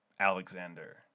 alexander